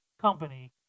company